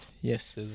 Yes